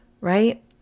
right